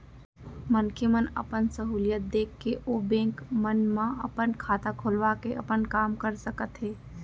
मनखे मन अपन सहूलियत देख के ओ बेंक मन म अपन खाता खोलवा के अपन काम कर सकत हें